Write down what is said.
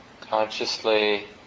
Consciously